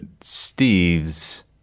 Steve's